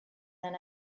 than